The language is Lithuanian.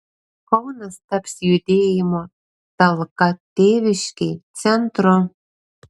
kaunas taps judėjimo talka tėviškei centru